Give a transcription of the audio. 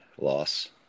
Loss